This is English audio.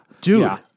dude